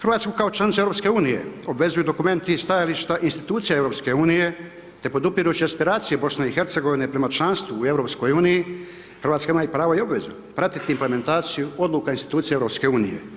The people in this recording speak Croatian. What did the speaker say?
Hrvatska kao članica EU obvezuju dokumenti i stajališta institucija EU, te podupirače aspiracije BIH prema članstvu u EU, Hrvatska ima pravo i obvezu pratiti implementaciju, odluka institucija EU.